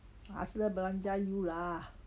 ask her belanja you lah